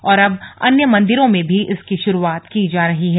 और अब अन्य मन्दिरों में भी इसकी शुरूआत की जा रही है